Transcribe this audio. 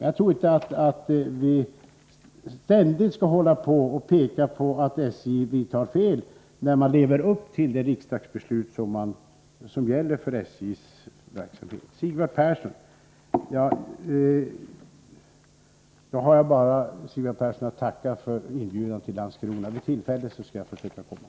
Jag tycker inte att man ständigt skall påstå att SJ vidtar felaktiga åtgärder, när SJ bara lever upp till riksdagsbeslut som gäller SJ:s verksamhet. Till Sigvard Persson: Jag tackar för inbjudan till Landskrona. Ges det tillfälle skall jag försöka att komma.